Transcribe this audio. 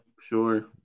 Sure